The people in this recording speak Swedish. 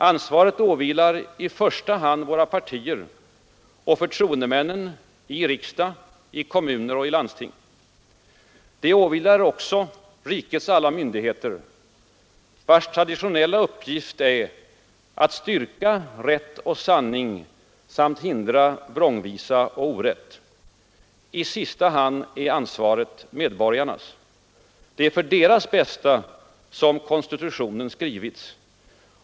Ansvaret åvilar i första hand våra partier och förtroendemännen i riksdagen, i kommuner och i landsting. Det åvilar också rikets alla myndigheter, vilkas traditionella uppgift är att styrka rätt och sanning samt hindra vrångvisa och orätt. I sista hand är ansvaret medborgarnas. Det är för deras bästa som konstitutionen skrivits.